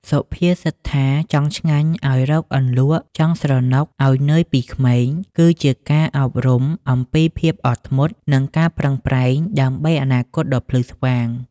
សុភាសិតថា «ចង់ឆ្ងាញ់ឱ្យរកអន្លក់ ចង់ស្រណុកឱ្យនឿយពីក្មេង»គឺជាការអប់រំអំពីភាពអត់ធ្មត់ និងការប្រឹងប្រែងដើម្បីអនាគតដ៏ភ្លឺស្វាង។